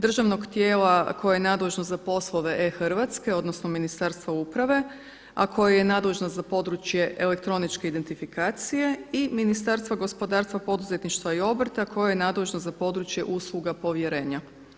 Državnog tijela koje je nadležno za poslove e-Hrvatske, odnosno Ministarstva uprave a koje je nadležno za područje elektroničke identifikacije i Ministarstva gospodarstva, poduzetništva i obrta koje je nadležno za područje usluga povjerenja.